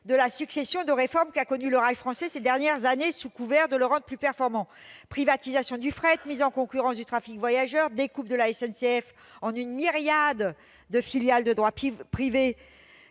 de la succession de réformes imposées au rail français au cours des dernières années, sous couvert de le rendre plus performant : privatisation du fret ; mise en concurrence du trafic de voyageurs ; découpe de la SNCF en une myriade de filiales de droit privé,